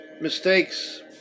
mistakes